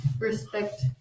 respect